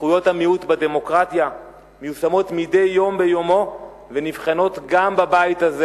זכויות המיעוט בדמוקרטיה מיושמות מדי יום ביומו ונבחנות גם בבית הזה,